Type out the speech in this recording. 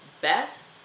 best